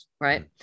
right